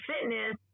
fitness